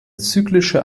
zyklische